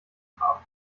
haben